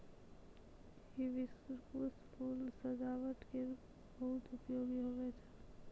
hibiscus फूल सजाबट मे बहुत उपयोगी हुवै छै